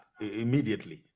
immediately